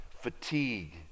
fatigue